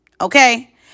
Okay